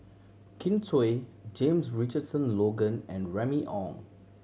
Kin Chui James Richardson Logan and Remy Ong